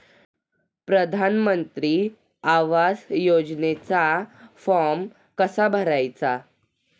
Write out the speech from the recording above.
प्रधानमंत्री आवास योजनेचा फॉर्म कसा भरायचा?